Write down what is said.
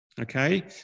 Okay